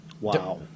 Wow